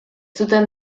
zuten